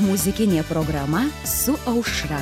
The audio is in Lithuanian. muzikinė programa su aušra